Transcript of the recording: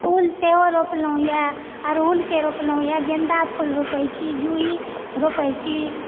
फूल सेहो रोपलौं येए अड़हुलके रोपलौं येए गेन्दा फूल रोपै छी जूही रोपै छी